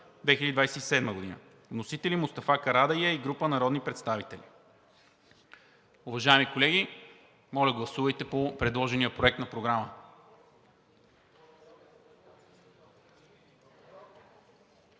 – 2027 г. Вносители – Мустафа Карадайъ и група народни представители.“ Уважаеми колеги, моля, гласувайте предложения Проект на програма.